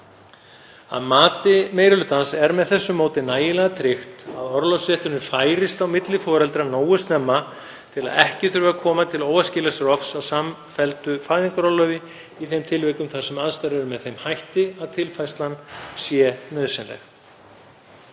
Að mati meiri hlutans er með þessu móti nægjanlega tryggt að orlofsrétturinn færist á milli foreldra nógu snemma til að ekki þurfi að koma til óæskilegs rofs á samfelldu fæðingarorlofi í þeim tilvikum þar sem aðstæður eru með þeim hætti að tilfærslan sé nauðsynleg.“